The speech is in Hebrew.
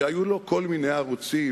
שהיו לו כל מיני ערוצים,